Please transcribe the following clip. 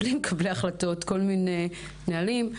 בלי מקבלי ההחלטות, כל מיני נהלים.